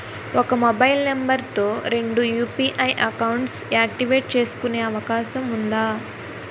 ఒక mobile number తో రెండు యు.పి.ఐ అకౌంట్స్ యాక్టివేట్ చేసుకునే అవకాశం వుందా?